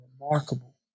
remarkable